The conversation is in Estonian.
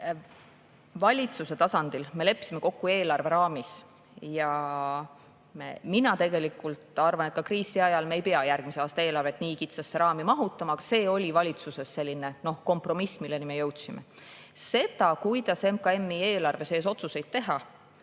Valitsuse tasandil me leppisime kokku eelarve raamis ja mina tegelikult arvan, et ka kriisi ajal me ei pea järgmise aasta eelarvet nii kitsasse raami mahutama. Aga selline oli valitsuses kompromiss, milleni me jõudsime. See, kuidas MKM-i eelarve sees otsuseid teha,